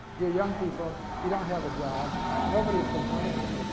you're young people. you don't have a job. nobody is complaining.